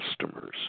customers